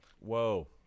Whoa